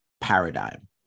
paradigm